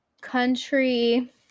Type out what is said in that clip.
Country